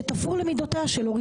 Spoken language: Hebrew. שאתה עושה כאן סלט